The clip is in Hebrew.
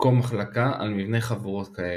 הקו-מחלקה על מבנה חבורות כאלה.